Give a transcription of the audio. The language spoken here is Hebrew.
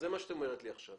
זה מה שאת אומרת לי עכשיו.